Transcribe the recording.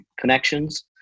connections